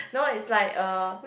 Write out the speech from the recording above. no is like uh